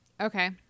Okay